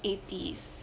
eighties